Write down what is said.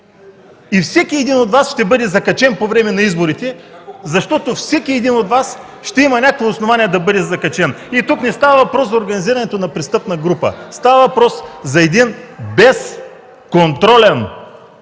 Всеки от Вас ще бъде закачен по време на изборите, защото всеки един от Вас ще има някакво основание да бъде закачен. Тук не става въпрос за организирането на престъпна група, става въпрос за един безконтролен